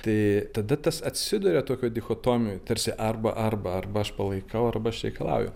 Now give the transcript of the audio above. tai tada tas atsiduria tokioj dichotomijoj tarsi arba arba arba aš palaikau arba aš reikalauju